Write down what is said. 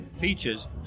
peaches